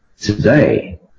today